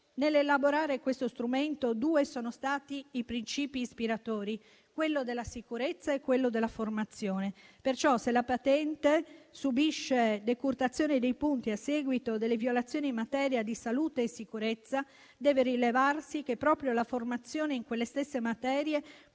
Nell'elaborare questo strumento, due sono stati i principi ispiratori: la sicurezza e la formazione. Perciò, se la patente subisce una decurtazione dei punti a seguito di violazioni in materia di salute e sicurezza, deve rilevarsi che proprio la formazione in quelle stesse materie